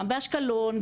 גם באשקלון,